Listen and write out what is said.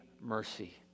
mercy